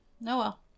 No